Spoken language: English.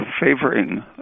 favoring